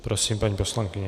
Prosím, paní poslankyně.